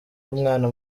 umwana